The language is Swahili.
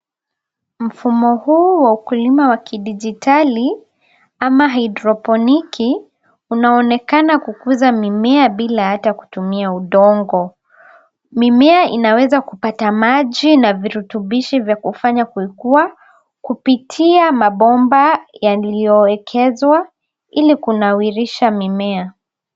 Mfumo huu wa ukulima wa kidigitali ama hydroponiki unaonekana kukuza mimea bila hata kutumia udongo. Mimea inaweza kupata maji na virutubishi vya kuifanya kukua kupitia mabomba yaliyowekezwa ili kunawirisha mimea.